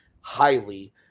highly